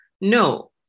no